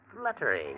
fluttering